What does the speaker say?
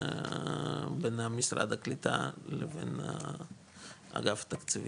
בין משרד הקליטה לבין האגף התקציבים.